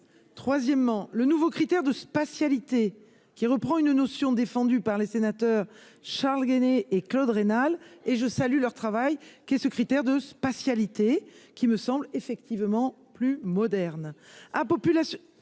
troisièmement le nouveau critère de spatialisation qui reprend une notion défendue par les sénateurs, Charles Guené et Claude Raynal et je salue leur travail qui est secrétaire de spatiale IT qui me semble effectivement plus moderne